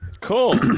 Cool